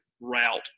route